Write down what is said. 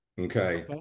Okay